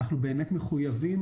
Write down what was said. אנחנו באמת מחויבים